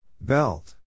Belt